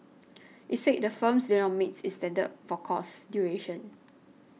it said the firms did not meet its standards for course duration